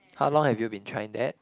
how long have you been trying that